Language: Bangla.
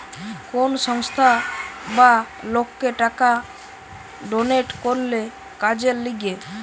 কোন সংস্থা বা লোককে টাকা ডোনেট করলে কাজের লিগে